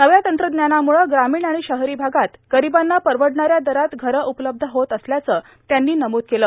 नव्या तंत्रज्ञानामुळं प्रामीण आणि शहरी भागात गरिबांना परवडणाऱ्या दरात घरं उपलब्ध होत असल्याचं त्यांनी नमुद केलं